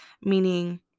meaning